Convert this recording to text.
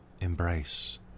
Embrace